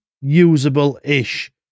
usable-ish